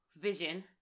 vision